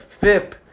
FIP